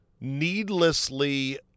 needlessly